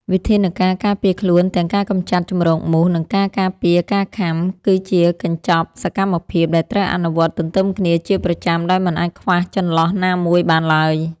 វិធានការការពារខ្លួនទាំងការកម្ចាត់ជម្រកមូស និងការការពារការខាំ គឺជាកញ្ចប់សកម្មភាពដែលត្រូវអនុវត្តទន្ទឹមគ្នាជាប្រចាំដោយមិនអាចខ្វះចន្លោះណាមួយបានឡើយ។